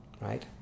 right